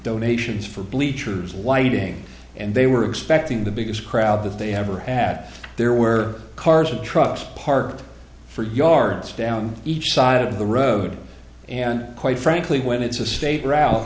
donations for bleachers lighting and they were expecting the biggest crowd that they ever add there were cars and trucks parked for yards down each side of the road and quite frankly when it's a state route